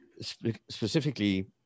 specifically